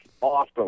awesome